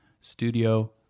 studio